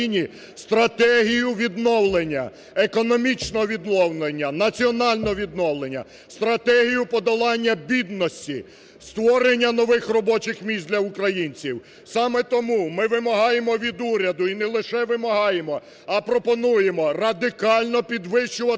стратегію відновлення, економічного відновлення, національного відновлення, стратегію подолання бідності, створення нових робочих місць для українців. Саме тому ми вимагаємо від уряду і не лише вимагаємо, а пропонуємо радикально підвищувати